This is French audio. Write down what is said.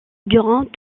durant